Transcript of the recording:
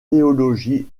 théologie